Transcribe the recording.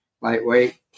lightweight